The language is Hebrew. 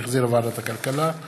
שהחזירה ועדת הכלכלה.